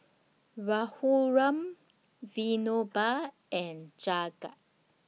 Raghuram Vinoba and Jagat